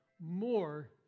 more